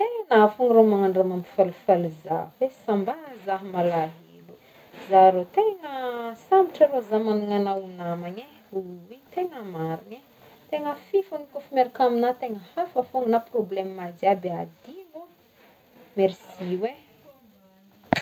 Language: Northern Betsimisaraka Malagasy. Haina fôgny rô magnagno raha mapifalifaly za e sa mba za malaelo za rô tegna sambatra rô za magnagna agnao ho namagna e, oy tegna marigny e tegna fifigny kaofa miaraka amigna tegna hafa fôgna na problema jiaby adigno, merci oe.